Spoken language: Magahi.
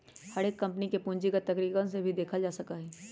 हर एक कम्पनी के पूंजीगत तरीकवन से ही देखल जा सका हई